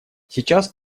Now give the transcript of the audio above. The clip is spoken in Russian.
сейчас